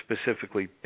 specifically